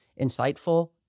insightful